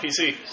PC